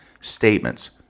statements